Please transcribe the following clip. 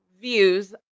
views